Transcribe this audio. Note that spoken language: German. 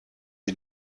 sie